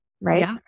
right